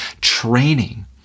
training